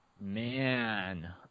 Man